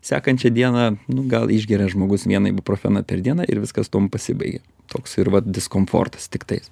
sekančią dieną nu gal išgeria žmogus vieną ibuprofeną per dieną ir viskas tuom pasibaigia toks ir vat diskomfortas tiktais